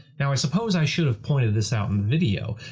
now i suppose i should have pointed this out in the video,